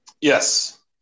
Yes